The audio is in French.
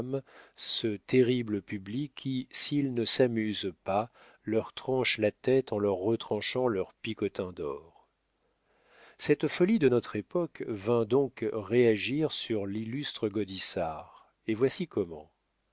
ce terrible public qui s'il ne s'amuse pas leur tranche la tête en leur retranchant leur picotin d'or cette folie de notre époque vint donc réagir sur l'illustre gaudissart et voici comment